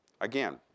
Again